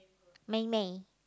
Mei-Mei